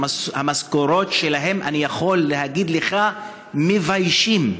המשכורות שלהם, אני יכול להגיד לך, מביישות.